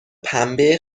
پنبه